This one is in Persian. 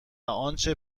آنچه